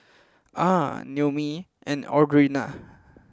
Ah Noemi and Audrina